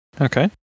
Okay